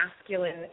masculine